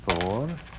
four